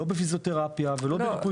לא בפיזיותרפיה ולא בריפוי בעיסוק ולא בסיעוד.